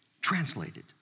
translated